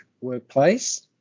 workplace